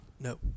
No